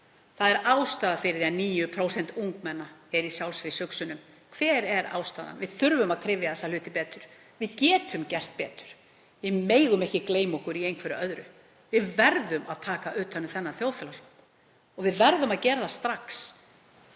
Það er ástæða fyrir því að 9% ungmenna eru með sjálfsvígshugsanir. Hver er ástæðan? Við þurfum að kryfja þessa hluti betur. Við getum gert betur. Við megum ekki gleyma okkur í einhverju öðru. Við verðum að taka utan um þennan þjóðfélagshóp og við verðum að gera það strax.